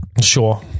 Sure